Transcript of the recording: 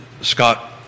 Scott